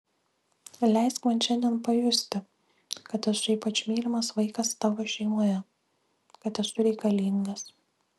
leisk man šiandien pajusti kad esu ypač mylimas vaikas tavo šeimoje kad esu reikalingas